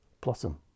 blossom